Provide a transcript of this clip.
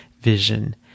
Vision